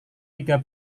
tiga